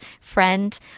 friend